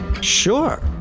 Sure